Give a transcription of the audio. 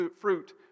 fruit